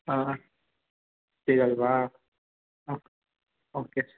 ಹಾಂ ಸಿಗಲ್ವಾ ಹಾಂ ಓಕೆ